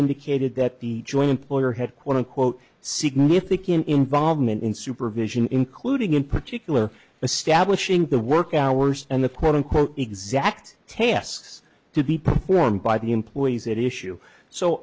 indicated that the joint employer had quote unquote significant involvement in supervision including in particular establishing the work hours and the quote unquote exact tasks to be performed by the employees at issue